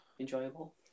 Enjoyable